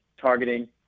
targeting